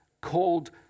called